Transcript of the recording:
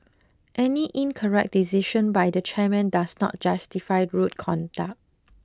any incorrect decision by the chairman does not justify rude conduct